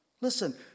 Listen